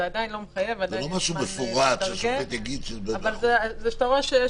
זה עדיין לא מחייב אלא אתה רואה שיש